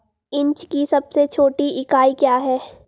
Inch की सबसे छोटी इकाई क्या है?